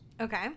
Okay